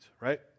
right